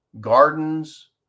gardens